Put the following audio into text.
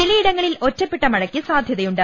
ചിലയിടങ്ങളിൽ ഒറ്റപ്പെട്ട മഴയ്ക്ക് സാധ്യതയുണ്ട്